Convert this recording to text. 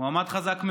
מועמד חזק מאוד,